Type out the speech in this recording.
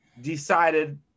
decided